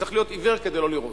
צריך להיות עיוור כדי לא לראות.